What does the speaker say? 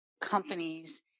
companies